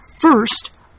First